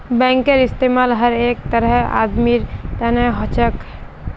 बैंकेर इस्तमाल हर तरहर आदमीर तने हो छेक